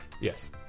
Yes